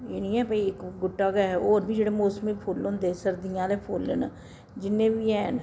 एह् निं ऐ भाई इक गुट्टा गै होर बी जेह्ड़े मौसमी फुल्ल होंदे सर्दियां आह्ले फुल्ल न जिन्ने बी हैन